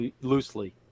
loosely